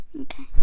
okay